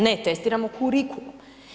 Ne, testiramo kurikulum.